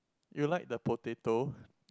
you like the potato